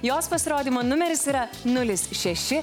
jos pasirodymo numeris yra nulis šeši